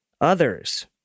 Others